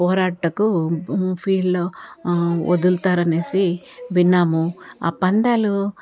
పోరాటకు ఫీల్డ్లో వదులుతారు అనేసి విన్నాము ఆ పందాలు